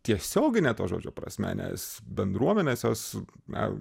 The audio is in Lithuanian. tiesiogine to žodžio prasme nes bendruomenės jos na